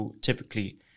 typically